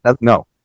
No